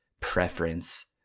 preference